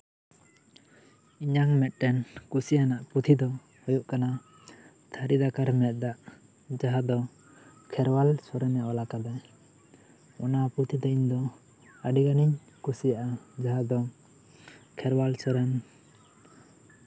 ᱤᱧᱟᱹᱜ ᱢᱤᱫᱴᱟᱝ ᱠᱩᱥᱤᱭᱟᱱᱟᱜ ᱯᱩᱛᱷᱤ ᱫᱚ ᱦᱩᱭᱩᱜ ᱠᱟᱱᱟ ᱛᱷᱟᱹᱨᱤ ᱫᱟᱠᱟᱨᱮ ᱢᱮᱫ ᱫᱟᱜ ᱡᱟᱦᱟᱸ ᱫᱚ ᱠᱷᱮᱨᱣᱟᱞ ᱥᱚᱨᱮᱱᱮ ᱚᱞ ᱟᱠᱟᱫᱟ ᱚᱱᱟ ᱯᱩᱛᱷᱤ ᱫᱚ ᱤᱧ ᱫᱚ ᱟᱹᱰᱤᱜᱟᱱᱤᱧ ᱠᱩᱥᱤᱭᱟᱜᱼᱟ ᱡᱟᱦᱟᱸ ᱫᱚ ᱠᱷᱮᱨᱣᱟᱞ ᱥᱚᱨᱮᱱ